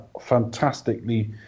fantastically